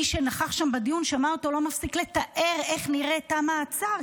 מי שנכח שם בדיון שמע אותו לא מפסיק לתאר איך נראה תא מעצר,